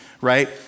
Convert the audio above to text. right